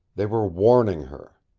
they were warning her.